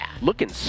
Looking